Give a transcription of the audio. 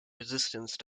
resistance